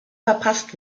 verpasst